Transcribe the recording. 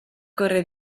corre